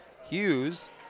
Hughes